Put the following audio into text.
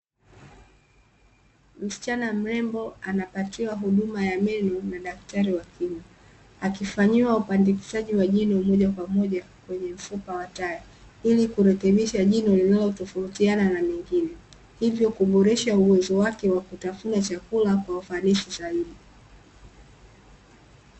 Msichana mrembo anapatiwa huduma ya meno na daktari wa kinywa, akifanyiwa upandikizaji wa moja kwa moja kwenye mfupa wa taya ili kurekebisha jino linalo tofautiana na mengine, hivyo kuboresha uwezo wake wa kutafuna chakula kwa ufanisi zaidi.